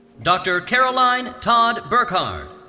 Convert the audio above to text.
dr. caroline todd burkhard.